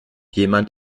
jemand